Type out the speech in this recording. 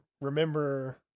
remember